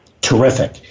Terrific